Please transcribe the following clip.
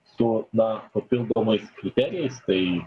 su na papildomais kriterijais tai